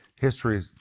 History